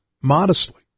modestly